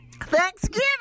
Thanksgiving